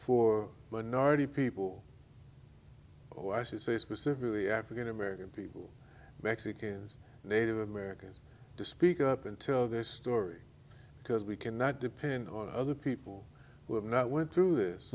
for minority people oh i should say specifically african american people mexicans native americans to speak up until their story because we cannot depend on other people who are not went through this